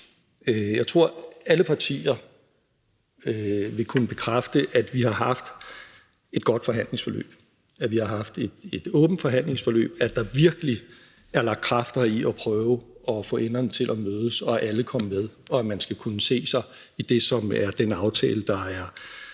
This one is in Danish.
Jeg tror, at alle partier vil kunne bekræfte, at vi har haft et godt forhandlingsforløb; at vi har haft et åbent forhandlingsforløb, hvor der virkelig blev lagt kræfter i at prøve at få enderne til at mødes, og at alle kom med, og at man skal kunne se sig i det, som er den aftale, der er